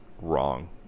wrong